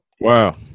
Wow